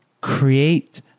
create